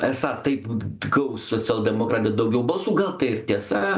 esą taip d gaus socialdemokratai daugiau balsų gal tai ir tiesa